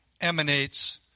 emanates